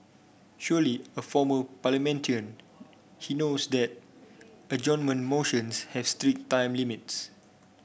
surely a former parliamentarian he knows that adjournment motions have strict time limits